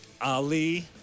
Ali